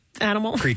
Animal